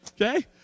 Okay